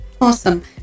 Awesome